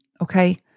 okay